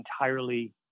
entirely